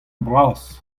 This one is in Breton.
bras